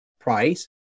price